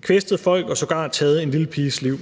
kvæstet folk og sågar taget en lille piges liv.